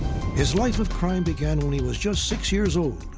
his life of crime began when he was just six-years-old.